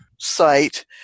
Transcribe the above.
Site